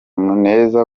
muneza